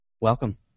Welcome